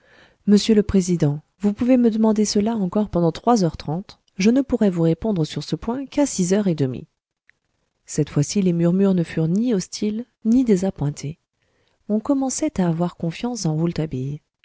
monsieur le président vous pouvez me demander cela encore pendant trois heures trente je ne pourrai vous répondre sur ce point qu'à six heures et demie cette fois-ci les murmures ne furent ni hostiles ni désappointés on commençait à avoir confiance en